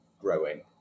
growing